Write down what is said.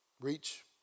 reach